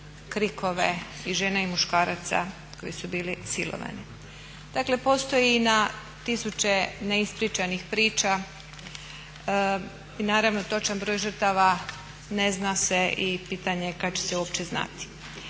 krikove i žena i muškaraca koji su bili silovani. Dakle postoji i na tisuće neispričanih priča i naravno točan broj žrtava ne zna se i pitanje kada će se uopće znati.